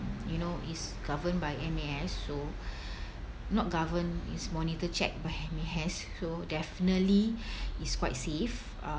you know is governed by M_A_S so not govern it's monitor check by M_A_S so definitely it's quite safe uh